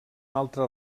altre